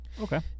Okay